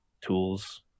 tools